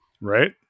right